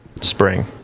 spring